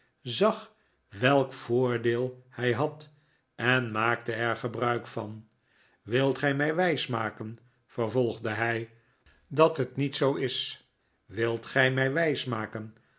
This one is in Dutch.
welk voordeel hij had en maakte er gebruik van wilt gij mij wijsmaken vervolgde hij dat het niet zoo is wilt gij mij wijsmaken